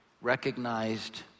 recognized